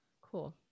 Cool